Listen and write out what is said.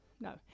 no